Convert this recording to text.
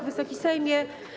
Wysoki Sejmie!